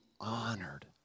honored